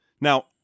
Now